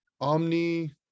omni